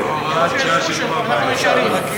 אנחנו נשארים.